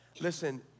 listen